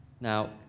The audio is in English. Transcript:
Now